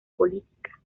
política